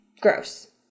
Gross